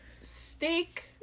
steak